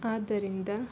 ಆದ್ದರಿಂದ